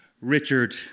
Richard